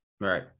Right